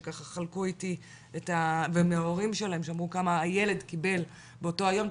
שככה חלקו איתה ומההורים שלהם שאמרו כמה הילד קיבל באותו היום,